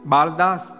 Baldas